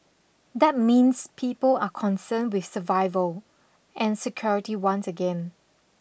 that means people are concerned with survival and security once again